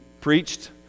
preached